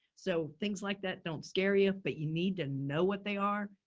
so things like that don't scare you, but you need to know what they are,